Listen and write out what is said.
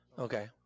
Okay